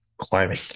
climbing